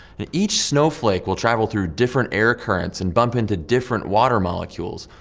and each snowflake will travel through different air currents and bump into different water molecules.